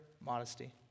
modesty